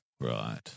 right